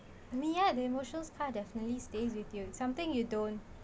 ya the emotion scar definitely stays with you something you don't